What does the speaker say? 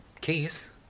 keys